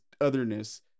otherness